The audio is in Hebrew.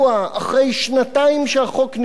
אחרי שנתיים שהחוק נכנס,